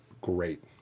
great